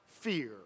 fear